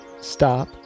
Stop